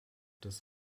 des